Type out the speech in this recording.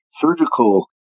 surgical